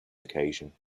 occasion